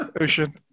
ocean